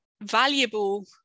valuable